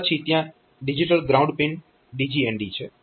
પછી ત્યાં એક ડિજીટલ ગ્રાઉન્ડ પિન DGND છે